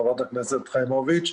חברת הכנסת חיימוביץ'.